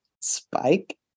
Spike